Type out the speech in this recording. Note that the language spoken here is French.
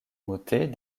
motets